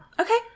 Okay